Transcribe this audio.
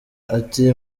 ati